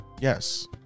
Yes